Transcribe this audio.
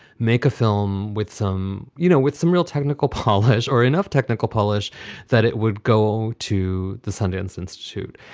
make a film with some, you know, with some real technical polish or enough technical polish that it would go to the sundance institute.